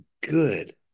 good